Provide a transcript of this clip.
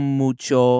mucho